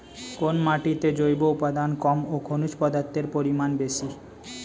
কোন মাটিতে জৈব উপাদান কম ও খনিজ পদার্থের পরিমাণ বেশি?